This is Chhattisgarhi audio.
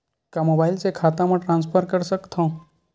का मोबाइल से खाता म ट्रान्सफर कर सकथव?